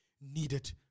needed